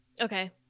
Okay